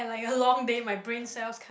a long day my brain cells